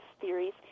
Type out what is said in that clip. theories